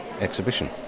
exhibition